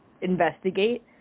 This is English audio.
investigate